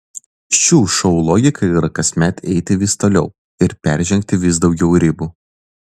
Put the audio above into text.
šių šou logika yra kasmet eiti vis toliau ir peržengti vis daugiau ribų